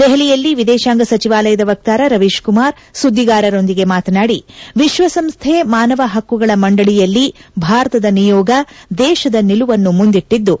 ದೆಹಲಿಯಲ್ಲಿ ಎದೇಶಾಂಗ ಸಚಿವಾಲಯದ ವಕ್ಷಾರ ರವೀಶ್ಕುಮಾರ್ ಸುಧ್ಗಾರರೊಂದಿಗೆ ಮಾತನಾಡಿ ಎಶ್ರಸಂಸ್ನೆ ಮಾನವ ಪಕ್ಷುಗಳ ಮಂಡಳಿಯಲ್ಲಿ ಭಾರತದ ನಿಯೋಗ ದೇಶದ ನಿಲುವನ್ನು ಮುಂದಿಟಿದ್ದು